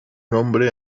hombre